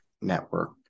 network